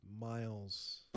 Miles